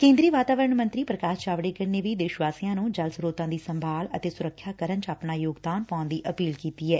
ਕੇ ਦਰੀ ਵਾਤਾਵਰਣ ਮੰਤਰੀ ਪੁਕਾਸ਼ ਜਾਵੜੇਕਰ ਨੇ ਵੀ ਦੇਸ਼ ਵਾਸੀਆਂ ਨੂੰ ਜਲ ਸਰੋਤਾਂ ਦੀ ਸੰਭਾਲ ਅਤੇ ਸੁਰੱਖਿਆ ਕਰਨ ਚ ਆਪਣਾ ਯੋਗਦਾਨ ਪਾਉਣ ਦੀ ਅਪੀਲ ਕੀਤੀ ਐ